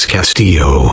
Castillo